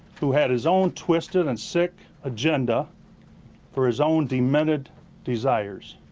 who had his own twisted and sick agenda for his own demented desires!